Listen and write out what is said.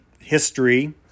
history